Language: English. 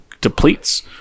depletes